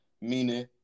meaning